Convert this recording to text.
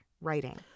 writing